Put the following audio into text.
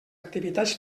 activitats